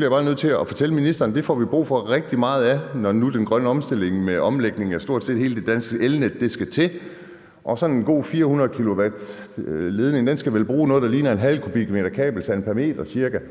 jeg bare nødt til at fortælle ministeren – får vi brug for rigtig meget af, når nu den grønne omstilling med omlægning af stort set hele det danske elnet skal ske. Sådan en god 400-kilowattsledning skal vel bruge noget, der ligner en halv kubikmeter kabelsand pr. meter,